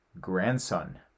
grandson